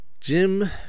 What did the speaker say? Jim